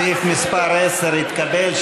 סעיף מס' 10 התקבל.